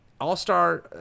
All-Star